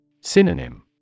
Synonym